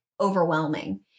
overwhelming